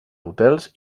hotels